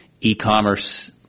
e-commerce